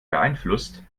beeinflusst